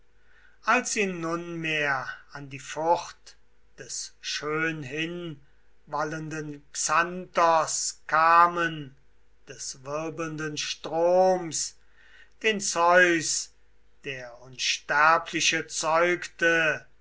als sie nunmehr an die furt des schönhinwallenden xanthos kamen des wirbelnden stroms den zeus der unsterbliche zeugte